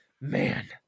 man